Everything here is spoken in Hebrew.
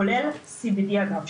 כולל c.b.d אגב,